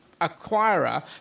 acquirer